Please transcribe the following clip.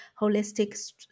holistic